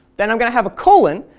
then i'm going to have a colon,